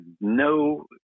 no